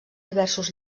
diversos